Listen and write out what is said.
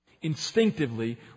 Instinctively